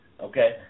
Okay